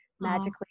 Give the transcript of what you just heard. magically